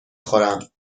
خورم